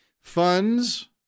funds